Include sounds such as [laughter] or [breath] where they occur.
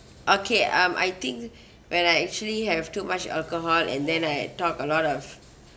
okay um I think [breath] when I actually have too much alcohol and then I talk a lot of